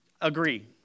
agree